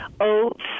oats